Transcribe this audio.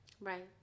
Right